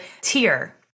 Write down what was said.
tier